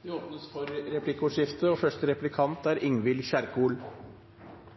Det blir replikkordskifte. Behovet for en god tjeneste i psykisk helsevern er